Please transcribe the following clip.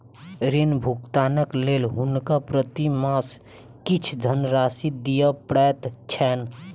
ऋण भुगतानक लेल हुनका प्रति मास किछ धनराशि दिअ पड़ैत छैन